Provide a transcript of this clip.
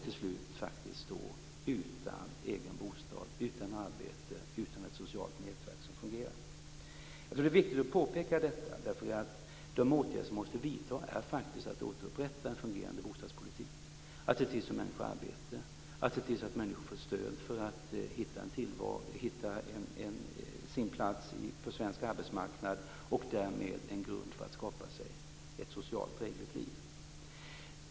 Till slut står de utan egen bostad, utan arbete och utan ett socialt nätverk som fungerar. Jag tror att det är viktigt att påpeka detta, för de åtgärder som måste vidtas är faktiskt att återupprätta en fungerande bostadspolitik, att se till att människor får arbete och att se till att människor får stöd för att hitta sin plats på svensk arbetsmarknad och därmed en grund för att skapa sig ett socialt drägligt liv.